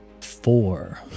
four